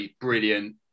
brilliant